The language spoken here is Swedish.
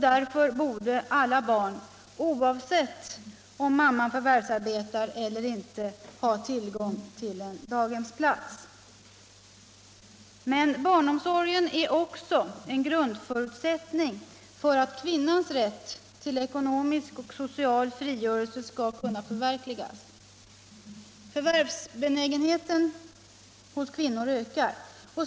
Därför borde alla barn, oavsett om mamman förvärvsarbetar eller inte, ha tillgång till en daghemsplats. Men barnomsorgen är också en grundförutsättning för att kvinnans rätt till ekonomisk och social frigörelse skall kunna förverkligas. Förvärvsbenägenheten hos kvinnor ökar.